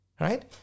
right